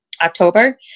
October